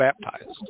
baptized